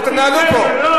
לא תנהלו לי פה.